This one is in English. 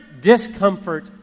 discomfort